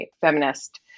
feminist